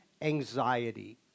anxiety